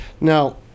Now